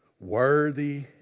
Worthy